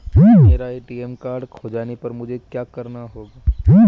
मेरा ATM card खो जाने पर मुझे क्या करना होगा?